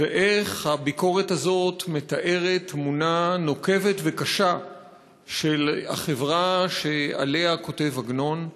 ואיך הביקורת הזאת מתארת תמונה נוקבת וקשה של החברה שעליה כותב עגנון.